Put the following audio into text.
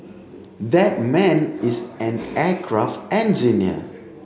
that man is an aircraft engineer